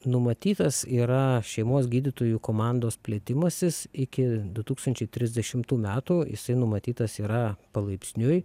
numatytas yra šeimos gydytojų komandos plėtimasis iki du tūkstančiai trisdešimtų metų jisai numatytas yra palaipsniui